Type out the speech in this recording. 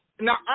Now